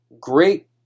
great